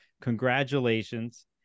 Congratulations